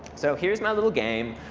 so here's my little game.